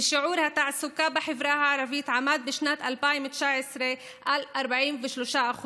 ושיעור התעסוקה בחברה הערבית עמד בשנת 2019 על 43%,